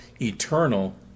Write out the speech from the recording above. eternal